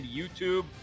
YouTube